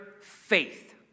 faith